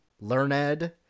learned